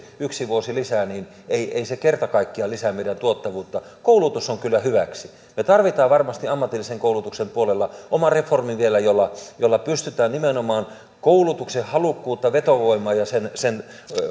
yksi vuosi lisää ei ei kerta kaikkiaan lisää meidän tuottavuutta koulutus on kyllä hyväksi me tarvitsemme varmasti ammatillisen koulutuksen puolella vielä oman reformin jolla pystytään nimenomaan koulutuksen vetovoimaa ja sen sen